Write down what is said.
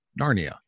Narnia